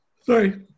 Sorry